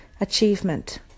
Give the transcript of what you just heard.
achievement